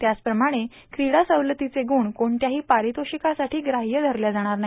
त्याचप्रमाणे कीडा सवलतीचे ग्रुण कोणत्याही पारितोषिकासाठी ग्राह्य धरल्या जाणार नाही